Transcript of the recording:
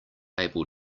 able